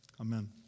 Amen